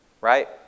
right